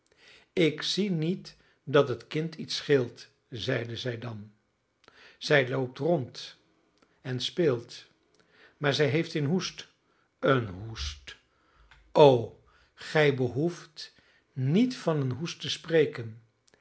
ik zie niet dat het kind iets scheelt zeide zij dan zij loopt rond en speelt maar zij heeft een hoest een hoest o gij behoeft niet van een hoest te spreken